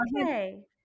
okay